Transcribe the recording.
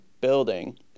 building